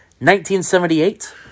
1978